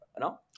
No